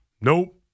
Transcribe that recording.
Nope